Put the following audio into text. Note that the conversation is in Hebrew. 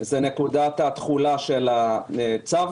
התחולה של צו